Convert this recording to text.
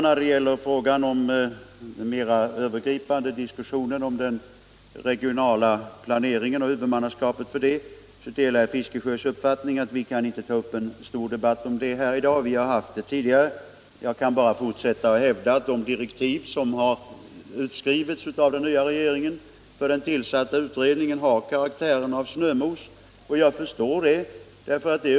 När det gäller den mera övergripande diskussionen om den regionala planeringen och huvudmannaskapet för den delar jag herr Fiskesjös uppfattning att vi inte i dag kan ta upp en stor debatt i den frågan; det har vi ju haft tidigare. Jag kan bara fortsätta att hävda att de direktiv som har skrivits av den nya regeringen för den tillsatta utredningen har karaktären av snömos, och jag begriper det.